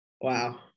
Wow